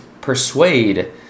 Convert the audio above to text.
persuade